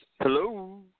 Hello